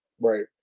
Right